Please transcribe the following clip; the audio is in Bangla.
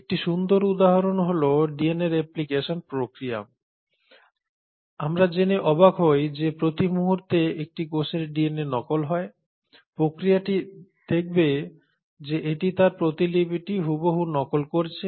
একটি সুন্দর উদাহরণ হল ডিএনএ রেপ্লিকেশন প্রক্রিয়া আমরা জেনে অবাক হই যে প্রতি মুহূর্তে একটি কোষের ডিএনএ নকল হয় প্রক্রিয়াটি দেখবে যে এটি তার প্রতিলিপিটি হুবহু নকল করছে